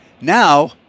now